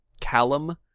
Callum